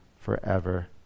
forever